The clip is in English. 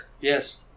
Yes